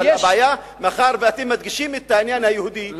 אבל הבעיה היא: מאחר שאתם מדגישים את העניין היהודי,